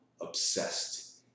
obsessed